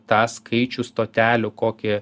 tą skaičių stotelių kokį